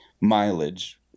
mileage